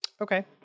Okay